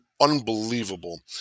unbelievable